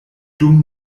dum